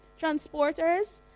transporters